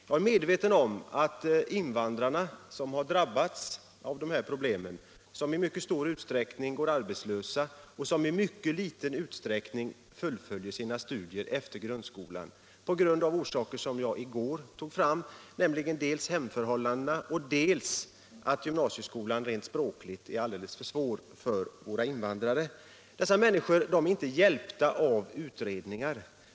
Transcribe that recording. Jag är medveten om att invandrarna som har drabbats av dessa problem, som i mycket stor utsträckning går arbetslösa och som i mycket liten utsträckning fullföljer sina studier efter grundskolan — av orsaker som jag i går redogjorde för, nämligen dels hemförhållandena, dels det förhållandet att gymnasieskolan rent språkligt är alldeles för svår för våra invandrare — inte är hjälpta av utredningar.